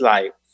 Life